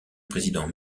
président